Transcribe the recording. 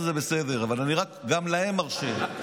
14 זה בסדר, אבל גם להם אני מרשה.